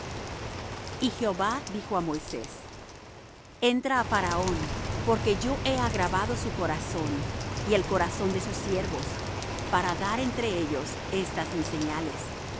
y jehova dijo á moisés entra á faraón porque yo he agravado su corazón y el corazón de sus siervos para dar entre ellos estas mis señales